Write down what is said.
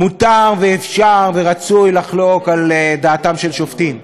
מותר ואפשר ורצוי לחלוק על דעתם של שופטים,